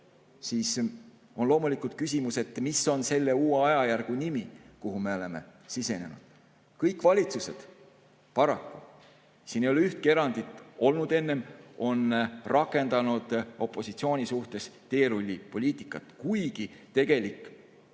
siis tekib küsimus, mis on selle uue ajajärgu nimi, kuhu me oleme sisenenud. Kõik valitsused – paraku, siin ei ole ühtki erandit olnud enne – on rakendanud opositsiooni suhtes teerullipoliitikat, kuigi tegelik